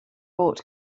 bought